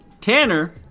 Tanner